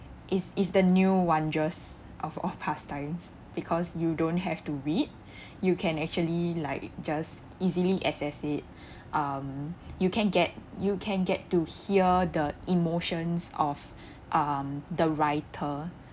is is the new wondrous of of pastimes because you don't have to read you can actually like just easily access it um you can get you can get to hear the emotions of um the writer